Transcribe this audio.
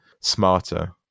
smarter